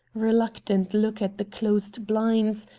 reluctant look at the closed blinds,